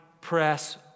press